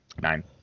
nine